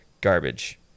garbage